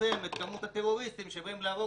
ואני רוצה לצמצם את כמות הטרוריסטים שבאים להרוג